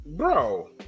Bro